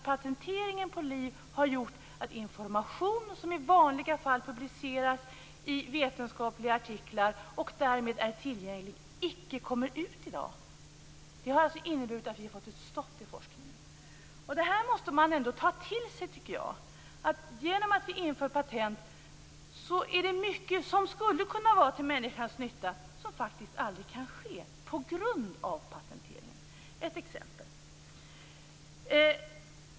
Patenteringen på liv har gjort att information som i vanliga fall publiceras i vetenskapliga artiklar och därmed är tillgängliga icke kommer ut i dag. Det har alltså inneburit att vi har fått ett stopp i forskningen. Det här måste man ändå ta till sig. Genom att vi inför patent är det mycket som skulle kunna vara till människans nytta men som faktiskt aldrig kan ske på grund av patenteringen. Jag skall ge ett exempel.